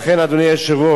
לכן, אדוני היושב-ראש,